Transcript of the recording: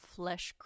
flesh